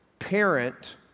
parent